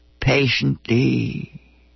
patiently